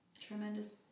tremendous